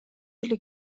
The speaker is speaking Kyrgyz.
эле